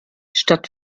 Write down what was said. statt